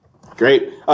Great